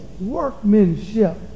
workmanship